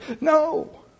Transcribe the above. No